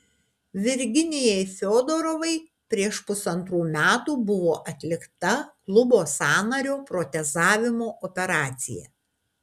virginijai fiodorovai prieš pusantrų metų buvo atlikta klubo sąnario protezavimo operacija